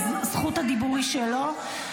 זכות הדיבור היא שלו.